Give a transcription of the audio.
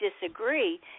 disagree